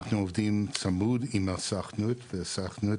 אנחנו עובדים צמוד עם הסוכנות, והסוכנות